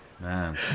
Man